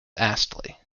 astley